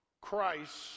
Christ